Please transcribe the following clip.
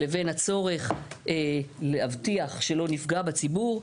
לבין הצורך להבטיח שלא נפגע בציבור,